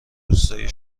روستای